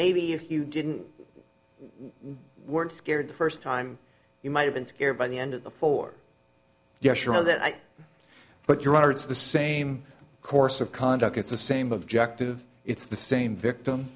maybe if you didn't weren't scared first time you might have been scared by the end of the four yes sure that i but your honor it's the same course of conduct it's the same objective it's the same victim